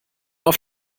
auf